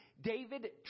David